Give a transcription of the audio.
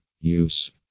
use